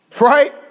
Right